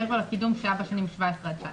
מעבר לקידום שהיה בשנת 17'-19'.